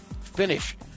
finish